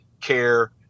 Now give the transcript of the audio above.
care